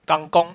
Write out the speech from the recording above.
kangkong